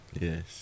Yes